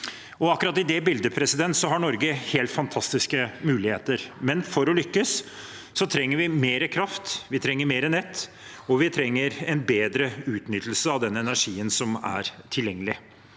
Akkurat i det bildet har Norge helt fantastiske muligheter, men for å lykkes trenger vi mer kraft, vi trenger mer nett, og vi trenger en bedre utnyttelse av den energien som er tilgjengelig.